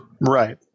Right